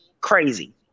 crazy